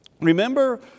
Remember